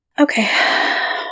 Okay